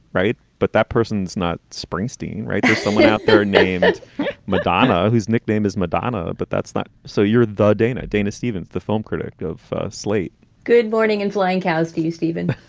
right. but that person's not springsteen. right. there's someone out there named madonna whose nickname is madonna. but that's not. so you're the dana dana stevens, the film critic of slate good morning. and flying cows for you, stephen.